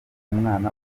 umwana